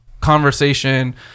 conversation